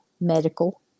Medical